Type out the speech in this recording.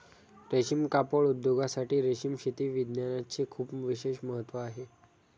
रेशीम कापड उद्योगासाठी रेशीम शेती विज्ञानाचे खूप विशेष महत्त्व आहे